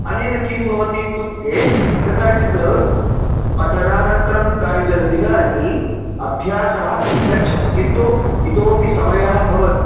अनेन किं भवति इत्युक्ते कदाचित् पठनानन्तरं कानिचन दिनानि अभ्यासः गच्छति किन्तु इतोऽपि समयः भवति